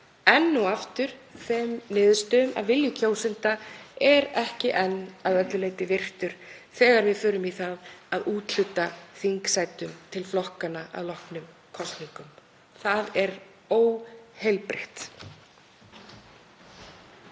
Enn og aftur þeim niðurstöðum að vilji kjósenda er ekki enn að öllu leyti virtur þegar við förum í það að úthluta þingsætum til flokkanna að loknum kosningum. Það er óheilbrigt.